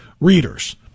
readers